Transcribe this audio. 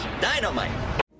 Dynamite